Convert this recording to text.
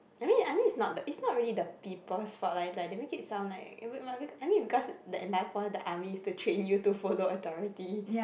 I mean I mean it's not it's not really the people's fault like like they make it sound like I mean because the entire point the army is to train you to follow authority